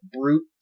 brute